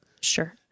Sure